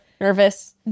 Nervous